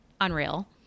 unreal